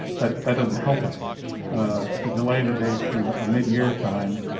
that that doesn't help us ah to delay the date to ah mid year time.